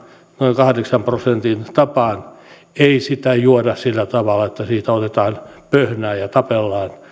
noin kahdeksan prosentin tapaan ei sitä juoda sillä tavalla että siitä otetaan pöhnää ja tapellaan